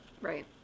Right